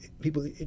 people